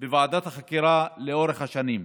בוועדת החקירה לאורך השנים.